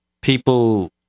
people